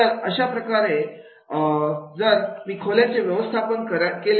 त अशाप्रकारे बर मी खोल्यांचे व्यवस्थापन करावे